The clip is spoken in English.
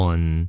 One